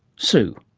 sue.